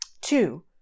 Two